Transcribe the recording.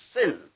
sin